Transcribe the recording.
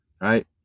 Right